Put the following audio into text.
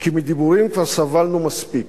כי מדיבורים כבר סבלנו מספיק.